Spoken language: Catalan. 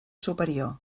superior